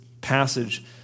passage